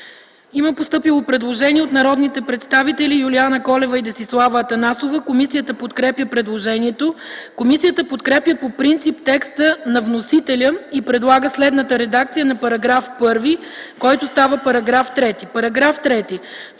Има постъпило предложение от народните представители Юлиана Колева и Десислава Атанасова. Комисията подкрепя предложението. Комисията подкрепя по принцип текста на вносителя и предлага следната редакция на § 1, който става § 3: „§ 3.